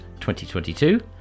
2022